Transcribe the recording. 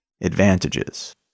advantages